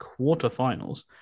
quarterfinals